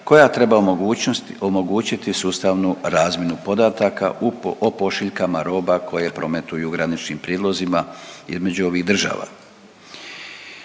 omogućnost, omogućiti sustavu razmjenu podataka o pošiljkama roba koje prometuju graničnim prijelazima između ovih država.